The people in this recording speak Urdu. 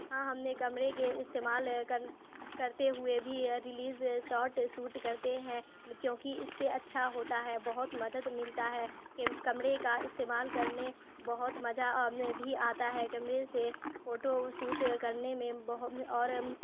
ہاں ہم نے کمرے کے استعمال کرتے ہوئے بھی ریلیز شاٹ سوٹ کرتے ہیں کیوںکہ اس سے اچھا ہوتا ہے بہت مدد ملتا ہے کمرے کا استعمال کرنے بہت مزہ بھی آتا ہے کمرے سے فوٹو سوٹ کرنے میں بہت اور